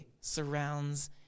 surrounds